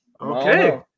Okay